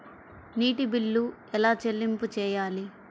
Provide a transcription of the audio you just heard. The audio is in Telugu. నీటి బిల్లు ఎలా చెల్లింపు చేయాలి?